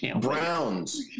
Browns